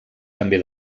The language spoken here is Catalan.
també